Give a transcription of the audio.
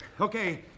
Okay